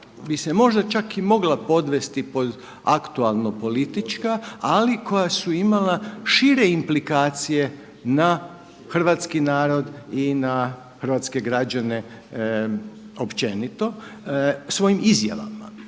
bi se možda čak i mogla podvesti pod aktualno politička ali koja su imala šire implikacije na hrvatski narod i na hrvatske građane općenito svojim izjavama.